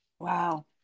Wow